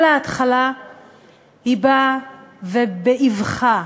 על ההתחלה היא באה, ובאבחה,